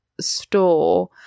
store